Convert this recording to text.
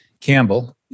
Campbell